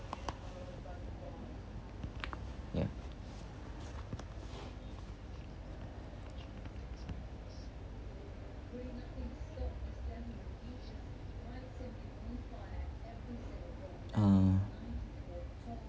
ya uh